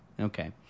Okay